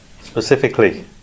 Specifically